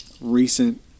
Recent